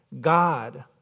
God